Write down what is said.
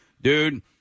dude